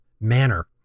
manner